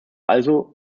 also